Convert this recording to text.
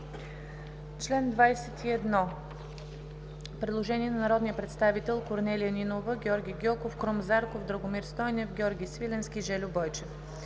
чл. 21 има предложение на народния представител Корнелия Нинова, Георги Гьоков, Крум Зарков, Драгомир Стойнев, Георги Свиленски, Жельо Бойчев.